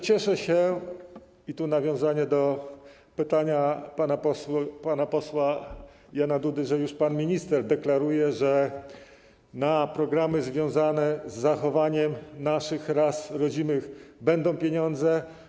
Cieszę się - i tu nawiązanie do pytania pana posła Jana Dudy - że już pan minister deklaruje, że na programy związane z zachowaniem naszych rodzimych ras będą pieniądze.